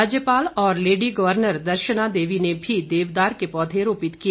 राज्यपाल और lady governor Darshana Devi ने भी देवदार के पौधे रोपित किए